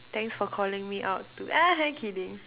thanks for calling me out to kidding